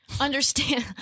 Understand